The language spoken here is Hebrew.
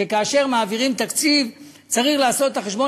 שכאשר מעבירים תקציב צריך לעשות את החשבון